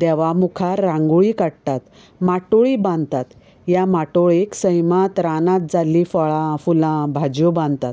देवा मुखार रांगोळी काडटात माटोळी बांदतात ह्या माटोळेक सैमांत रानांत जाल्ली फळां फुलां भाजयो बांदतात